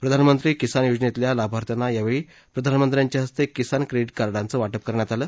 प्रधानमंत्री किसान योजनेतल्या लाभार्थ्यांना यावेळी प्रधानमंत्र्यांच्या हस्ते किसान क्रेडिट कार्डं देण्यात आली